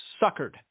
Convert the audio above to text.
suckered